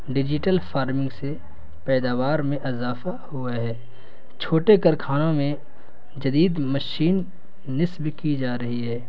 digital farming سے پیداوار میں اضافہ ہوا ہے چھوٹے کارخانوں میں جدید مشین نصب کی جا رہی ہے